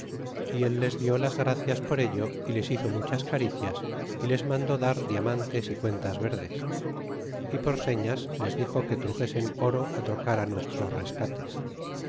y él les die las gracias por ello y les hizo muchas caricias y les mandó dar diamantes y cuentas verdes y por sefias les di xo que truxesen oro trocará nuestros rescates